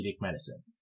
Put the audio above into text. medicine